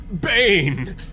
Bane